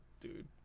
Dude